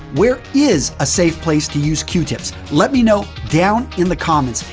where is a safe place to use q-tips? let me know down in the comments.